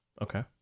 Okay